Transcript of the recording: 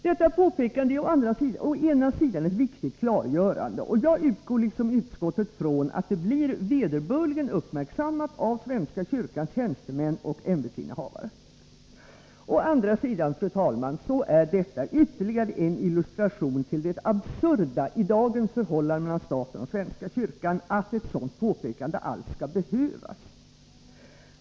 Detta påpekande är å ena sidan ett viktigt klargörande, och jag utgår liksom utskottet från att det blir vederbörligen uppmärksammat av svenska kyrkans tjänstemän och ämbetsinnehavare. Å andra sidan, fru talman, är det ytterligare en illustration till det absurda i dagens förhållande mellan staten och svenska kyrkan att ett sådant påpekande alls skall behövas.